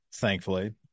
Thankfully